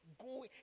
go